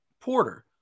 Porter